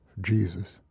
Jesus